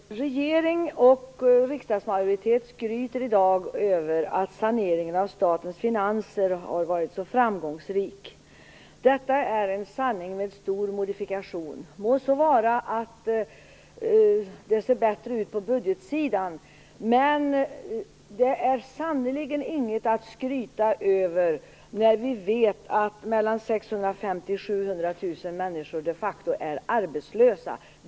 Fru talman! Regering och riksdagsmajoritet skryter i dag över att saneringen av statens finanser har varit så framgångsrik. Detta är en sanning med stor modikfikation. Må så vara att det ser bättre ut på budgetsidan, men det är sannerligen inget att skryta över när vi vet att mellan 650 000 och 700 000 människor de facto är arbetslösa.